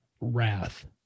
wrath